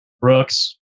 Brooks